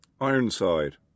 Ironside